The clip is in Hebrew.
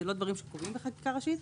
אלה לא דברים שקורים בחקיקה ראשית.